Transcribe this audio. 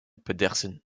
pedersen